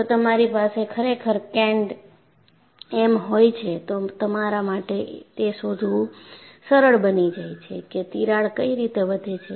જો તમારી પાસે ખરેખર કેન્ડ એમ હોય છે તો તમારા માટે તે શોધવું સરળ બની જાય છે કે તિરાડ કઈ રીતે વધે છે